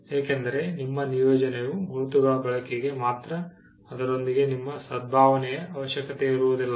ಏಕೆಂದರೆ ನಿಮ್ಮ ನಿಯೋಜನೆಯು ಗುರುತುಗಳ ಬಳಕೆಗೆ ಮಾತ್ರ ಅದರೊಂದಿಗೆ ನಿಮ್ಮ ಸದ್ಭಾವನೆಯ ಅವಶ್ಯಕತೆವಿರುವುದಿಲ್ಲ